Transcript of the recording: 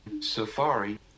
Safari